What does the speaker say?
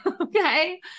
Okay